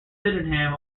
sydenham